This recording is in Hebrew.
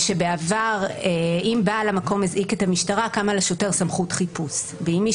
בעבר אם בעל המקום הזעיק את המשטרה קמה לשוטר סמכות חיפוש ואם מי